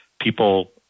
people